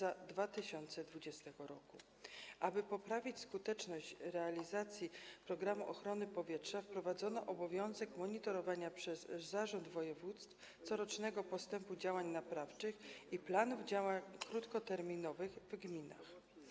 Aby poprawić skuteczność realizacji programu ochrony powietrza wprowadzono obowiązek monitorowania przez zarząd województw corocznego postępu działań naprawczych i planów działań krótkoterminowych w gminach.